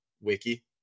wiki